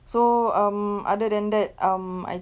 so um other than that um I